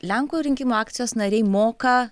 lenkų rinkimų akcijos nariai moka